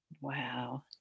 Wow